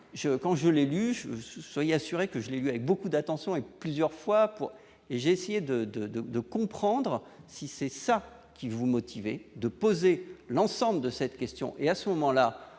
quand je l'élu sous soyez assurés que je lui avec beaucoup d'attention et plusieurs fois pour et j'ai essayé de, de, de, de comprendre si c'est ça qui vous motive de poser l'ensemble de cette question et à ce moment-là,